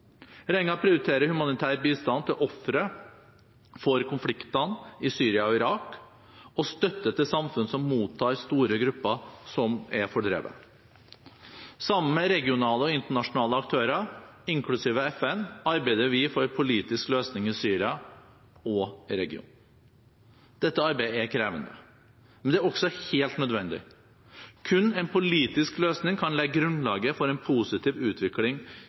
Regjeringen prioriterer humanitær bistand til ofre for konfliktene i Syria og Irak og støtte til samfunn som mottar store grupper som er fordrevet. Sammen med regionale og internasjonale aktører, inklusiv FN, arbeider vi for en politisk løsning i Syria og regionen. Dette arbeidet er krevende. Men det er også helt nødvendig. Kun en politisk løsning kan legge grunnlaget for en positiv utvikling